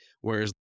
Whereas